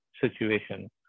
situation